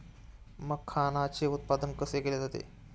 मखाणाचे उत्पादन कसे केले जाते?